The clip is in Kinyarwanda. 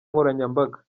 nkoranyambaga